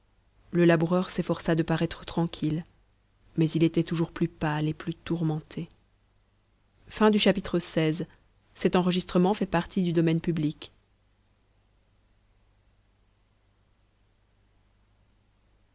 le laboureur s'efforça de paraître tranquille mais il était toujours plus pâle et plus tourmenté xvii